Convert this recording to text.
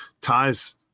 Ties